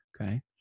okay